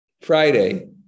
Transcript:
Friday